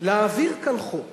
להעביר כאן חוק